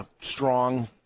Strong